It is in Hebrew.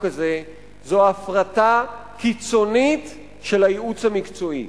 הזה זו הפרטה קיצונית של הייעוץ המקצועי.